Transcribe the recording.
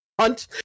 hunt